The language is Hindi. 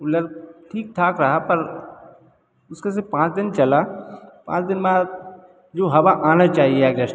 कूलर ठीक ठाक रहा पर उसके से पाँच दिन चला पाँच दिन बाद जो हवा आने चाहिए एग्जश्ट में